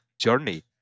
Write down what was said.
journey